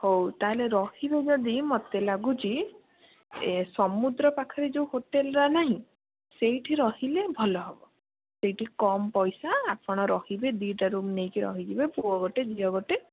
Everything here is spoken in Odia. ହଉ ତା'ହେଲେ ରହିବେ ଯଦି ମୋତେ ଲାଗୁଛି ଏ ସମୁଦ୍ର ପାଖରେ ଯେଉଁ ହୋଟେଲଟା ନାହିଁ ସେଇଠି ରହିଲେ ଭଲ ହେବ ସେଇଠି କମ୍ ପଇସା ଆପଣ ରହିବେ ଦୁଇଟା ରୁମ୍ ନେଇକି ରହିଯିବେ ପୁଅ ଗୋଟେ ଝିଅ ଗୋଟେ